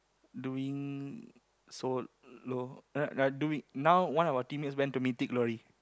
doing solo uh uh doing now one of our teammates went to Mythic-Glory